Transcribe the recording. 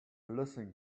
listen